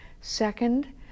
Second